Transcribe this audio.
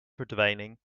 verdwijning